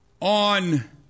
On